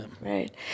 right